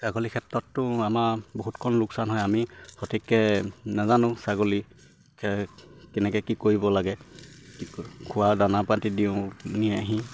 ছাগলীৰ ক্ষেত্ৰততো আমাৰ বহুত কণ লোকচান হয় আমি সঠিককে নাজানো ছাগলী কেনেকে কি কৰিব লাগে কি খোৱা দানা পাতি দিওঁ আহি